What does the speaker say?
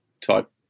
type